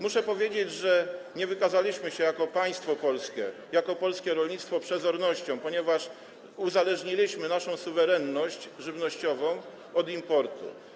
Muszę powiedzieć, że nie wykazaliśmy się jako państwo polskie, jako polskie rolnictwo przezornością, ponieważ uzależniliśmy naszą suwerenność żywnościową od importu.